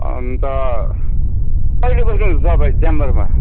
अन्त कहिले बस्नुहुन्छ तपाईँ च्याम्बरमा